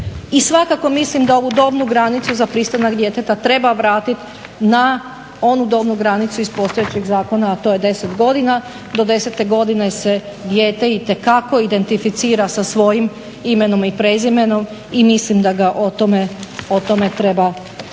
I svakako mislim da ovu dobnu granicu za pristanak djeteta treba vratiti na onu dobnu granicu iz postojećeg zakona, a to je 10 godina. Do desete godine se dijete itekako identificira sa svojim imenom i prezimenom i mislim da ga o tome treba pitati.